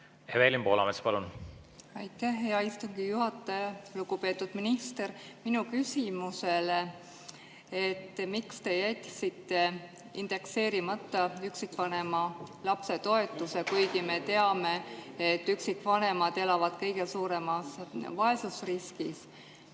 vaesusrisk väheneb? Aitäh, hea istungi juhataja! Lugupeetud minister! Minu küsimusele, miks te jätsite indekseerimata üksikvanema lapse toetuse, kuigi me teame, et üksikvanemad elavad kõige suuremas vaesusriskis,